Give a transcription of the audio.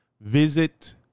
visit